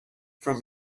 from